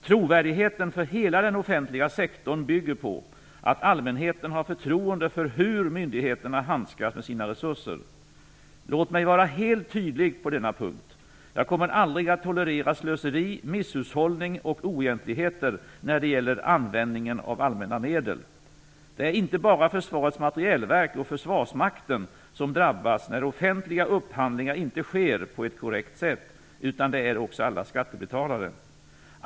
Trovärdigheten för hela den offentliga sektorn bygger på att allmänheten har förtroende för hur myndigheterna handskas med sina resurser. Låt mig vara helt tydlig på denna punkt. Jag kommer aldrig att tolerera slöseri, misshushållning och oegentligheter när det gäller användningen av allmänna medel. Det är inte bara Försvarets materielverk och Försvarsmakten som drabbas när offentliga upphandlingar inte sker på ett korrekt sätt, utan det är också alla skattebetalare.